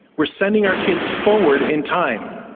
we are sending our kids forward in time,